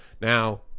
Now